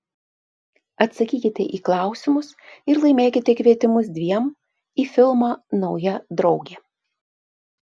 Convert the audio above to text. atsakykite į klausimus ir laimėkite kvietimus dviem į filmą nauja draugė